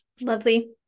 Lovely